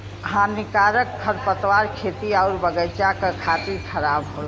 हानिकारक खरपतवार खेती आउर बगईचा क खातिर खराब होला